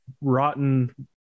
rotten